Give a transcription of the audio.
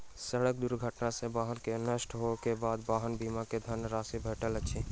सड़क दुर्घटना सॅ वाहन के नष्ट होइ के बाद वाहन बीमा के धन राशि भेटैत अछि